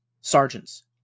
sergeants